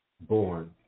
born